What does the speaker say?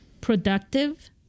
productive